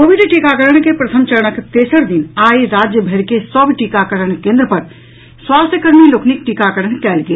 Covid टीकाकरण के प्रथम चरणक तेसर दिन आई राज्यभरि के सभ टीकाकरण केन्द्र पर स्वास्थ्य कर्मी लोकनिक टीकाकरण कयल गेल